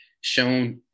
shown